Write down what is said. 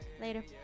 Later